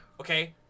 Okay